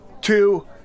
two